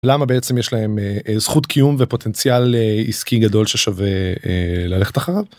למה בעצם יש להם זכות קיום ופוטנציאל עסקי גדול ששווה ללכת אחריו.